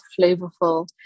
flavorful